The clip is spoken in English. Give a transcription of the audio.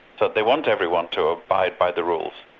so they want everyone to abide by the rules.